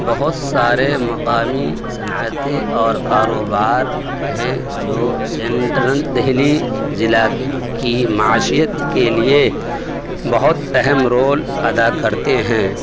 بہت سارے مقامی صنعتیں اور کاروبار ہیں جو سنٹرل دہلی ضلع کی معیشت کے لیے بہت اہم رول ادا کرتے ہیں